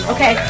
Okay